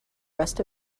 rest